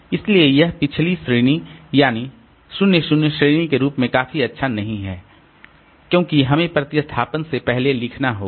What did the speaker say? इसलिए यह पिछली श्रेणी यानी 0 0 श्रेणी के रूप में काफी अच्छा नहीं है क्योंकि हमें प्रतिस्थापन से पहले लिखना होगा